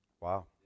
Wow